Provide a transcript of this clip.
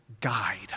guide